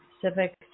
Pacific